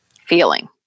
feeling